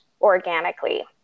organically